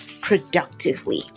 productively